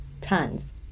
tons